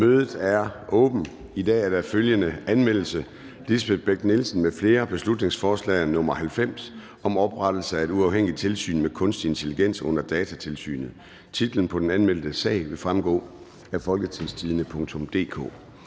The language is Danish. Mødet er åbnet. I dag er der følgende anmeldelse: Lisbeth Bech-Nielsen (SF) m.fl.: Beslutningsforslag nr. B 90 (Forslag til folketingsbeslutning om oprettelse af et uafhængigt tilsyn med kunstig intelligens under Datatilsynet). Titlen på den anmeldte sag vil fremgå af www.folketingstidende.dk